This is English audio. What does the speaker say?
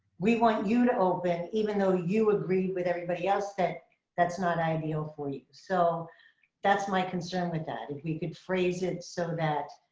we want you to open, even though you agree with everybody else that that's not ideal for you. so that's my concern with that. if we could phrase it so that